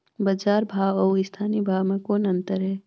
बजार भाव अउ स्थानीय भाव म कौन अन्तर हे?